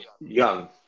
young